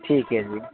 ਠੀਕ ਹੈ ਜੀ